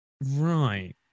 Right